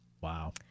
Wow